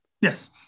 Yes